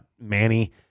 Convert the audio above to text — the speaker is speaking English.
Manny